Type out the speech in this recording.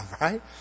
right